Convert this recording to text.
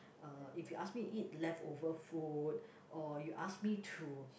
uh if you ask me eat leftover food or you ask me to